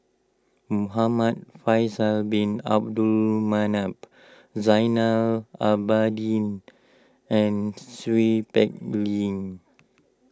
Muhamad Faisal Bin Abdul Manap Zainal Abidin and Seow Peck Leng